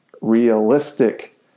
realistic